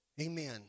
Amen